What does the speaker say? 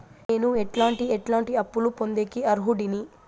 నేను ఎట్లాంటి ఎట్లాంటి అప్పులు పొందేకి అర్హుడిని?